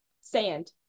sand